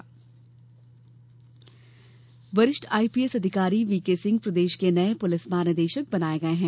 DGP वरिष्ठ IPS अधिकारी वीकेसिंह प्रदेश के नये पुलिस महानिदेशक बनाये गये हैं